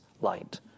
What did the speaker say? light